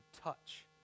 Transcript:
touch